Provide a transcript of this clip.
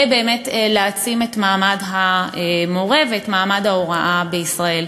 להעצים את מעמד המורה ואת מעמד ההוראה בישראל.